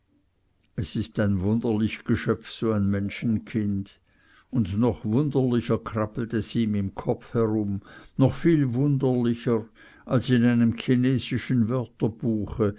es ist ein wunderlich geschöpf so ein menschenkind und noch wunderlicher krabbelt es ihm im kopf herum noch viel wunderlicher als in einem chinesischen wörterbuche